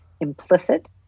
implicit